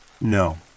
No